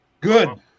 Good